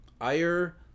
ire